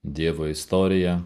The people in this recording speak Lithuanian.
dievo istorija